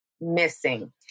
missing